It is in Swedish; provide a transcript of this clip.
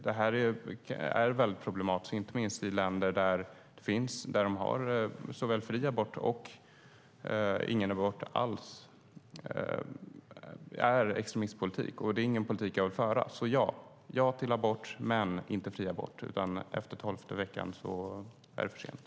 Detta är väldigt problematiskt, inte minst i länder där de har fri abort men även där de inte alls tillåter abort. Det är extremistpolitik, och det är ingen politik jag vill föra. Alltså: Ja till abort, men inte fri abort, utan efter tolfte veckan är det för sent.